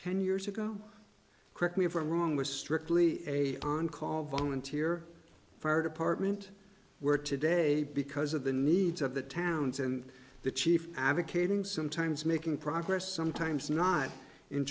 ten years ago correct me if i'm wrong was strictly a on call volunteer fire department where today because of the needs of the towns and the chief advocating sometimes making progress sometimes not in